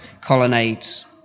colonnades